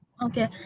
Okay